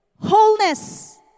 Wholeness